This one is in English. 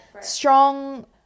strong